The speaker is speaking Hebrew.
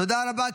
תודה רבה.